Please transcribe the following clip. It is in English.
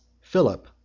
Philip